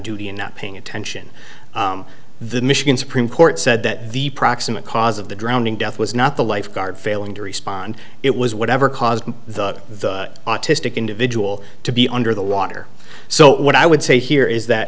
duty and not paying attention the michigan supreme court said that the proximate cause of the drowning death was not the lifeguard failing to respond it was whatever caused the autistic individual to be under the water so what i would say here is that